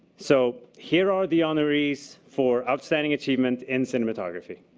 so here are the honorees for outstanding achievement in cinematography.